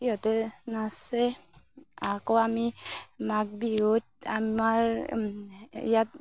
সিহঁতে নাচে আকৌ আমি মাঘ বিহুত আমাৰ ইয়াত